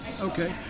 Okay